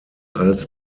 als